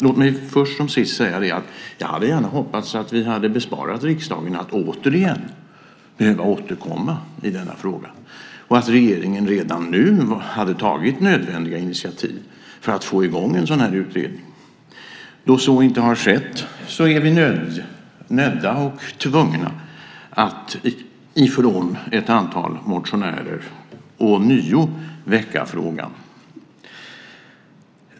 Låt mig först som sist säga att jag hade hoppats att vi hade kunnat bespara riksdagen att återigen behöva återkomma i denna fråga och att regeringen redan nu hade tagit nödvändiga initiativ för att få i gång en sådan här utredning. Då så inte har skett är några av oss motionärer nödda och tvungna att ånyo väcka frågan.